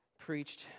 preached